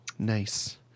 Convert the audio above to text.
Nice